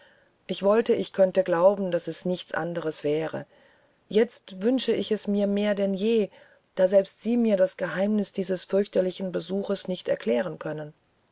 ich wollte ich könnte glauben daß es nichts anderes wäre jetzt wünsche ich es mehr denn je da selbst sie mir das geheimnis dieses fürchterlichen besuchs nicht erklären können